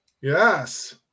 yes